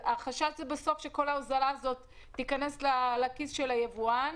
החשש שבסוף כל ההוזלה תיכנס לכיס של היבואן